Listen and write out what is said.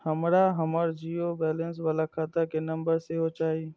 हमरा हमर zero balance बाला खाता के नम्बर सेहो चाही